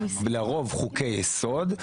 לרוב חוקי יסוד,